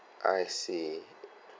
I see